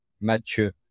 Mathieu